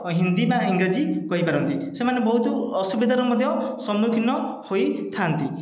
ହିନ୍ଦୀ ନା ଇଂରାଜୀ କହିପାରନ୍ତି ସେମାନେ ବହୁତ ଅସୁବିଧାର ମଧ୍ୟ ସମ୍ମୁଖୀନ ହୋଇଥା'ନ୍ତି